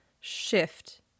shift